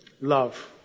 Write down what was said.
love